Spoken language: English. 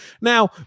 Now